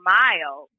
mile